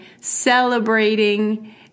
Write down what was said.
celebrating